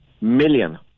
million